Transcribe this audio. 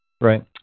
Right